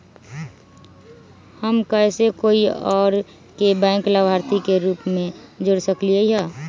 हम कैसे कोई और के बैंक लाभार्थी के रूप में जोर सकली ह?